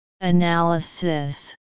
Analysis